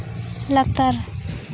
ᱞᱟᱛᱟᱨ